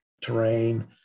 terrain